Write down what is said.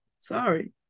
Sorry